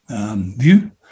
view